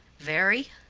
very.